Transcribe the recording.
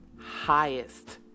highest